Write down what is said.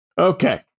Okay